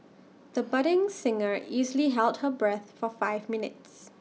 the budding singer easily held her breath for five minutes